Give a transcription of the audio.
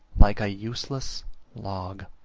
like a useless log.